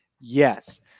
Yes